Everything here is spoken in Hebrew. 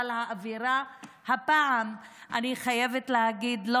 אבל אני חייבת להגיד שהאווירה הפעם,